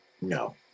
no